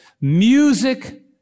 music